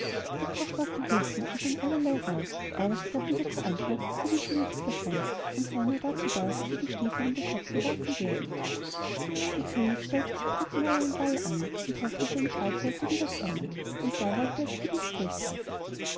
der koch ward gerufen und dann allerlei rauh aber sie gab wieder zur antwort sie wisse nichts davon und sey nur dazu da daß ihr die stiefel um den kopf geworfen würden der könig stellte zum drittenmal einen ball an und hoffte seine braut sollte wieder kommen und da wollte er sie gewiß festhalten